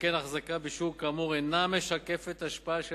שכן החזקה בשיעור כאמור אינה משקפת השפעה של